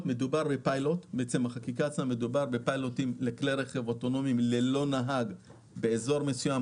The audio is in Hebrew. פיילוט לכלי רכב אוטונומיים ללא נהג באזור מסוים,